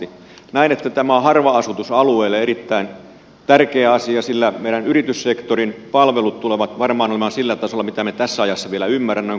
näen että tämä on harva asutusalueille erittäin tärkeä asia sillä meidän yrityssektorin palvelut tulevat varmaan olemaan sillä tasolla mitä emme tässä ajassa vielä ymmärrä